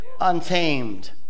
Untamed